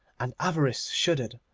and avarice shuddered,